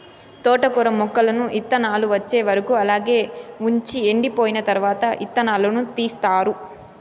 తోటకూర మొక్కలను ఇత్తానాలు వచ్చే వరకు అలాగే వుంచి ఎండిపోయిన తరవాత ఇత్తనాలను తీస్తారు